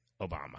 Obama